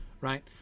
right